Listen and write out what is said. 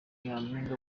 nyampinga